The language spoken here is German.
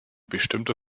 bestimmter